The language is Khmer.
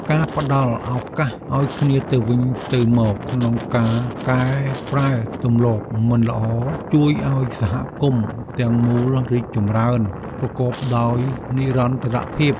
ការផ្តល់ឱកាសឱ្យគ្នាទៅវិញទៅមកក្នុងការកែប្រែទម្លាប់មិនល្អជួយឱ្យសហគមន៍ទាំងមូលរីកចម្រើនប្រកបដោយនិរន្តរភាព។